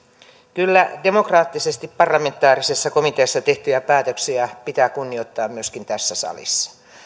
kyllä demokraattisesti parlamentaarisessa komiteassa tehtyjä päätöksiä pitää kunnioittaa myöskin tässä salissa